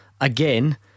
Again